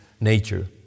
nature